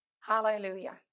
hallelujah